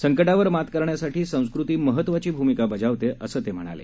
संकटावर मात करण्यासाठी संस्कृती महत्वाची भूमिका बजावते असं ते म्हणाले